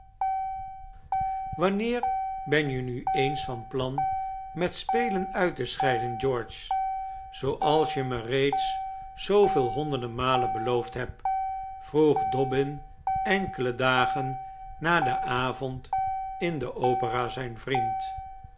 wanneer ben je nu eens van plan met spelen uit te scheiden george zooals je me reeds zooveel honderden malen beloofd hebt vroeg dobbin enkele dagen na den avond in de opera zijn vriend